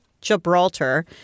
Gibraltar